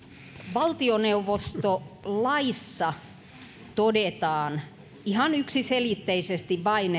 valtioneuvostolaissa todetaan ihan yksiselitteisesti vain